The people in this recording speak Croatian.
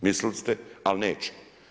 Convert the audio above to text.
Mislili ste, ali neće.